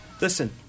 Listen